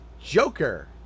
Joker